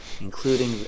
including